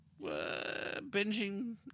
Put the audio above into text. binging